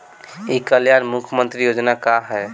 ई कल्याण मुख्य्मंत्री योजना का है?